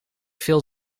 veel